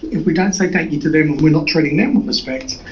if we don't say thank you to them and we are not treating them with respect,